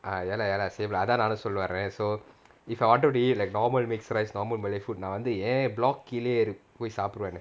ah ya lah ya lah same lah அதான் நானும் சொல்ல வரேன்:athaan naanum solla varaen so if I want to eat like normal mix rice normal malay food நான் வந்து என்:nan vanthu en block கீழே போய் சாப்பிடுவேன்:kizha poi saapiduvaen